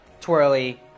twirly